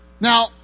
Now